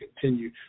continue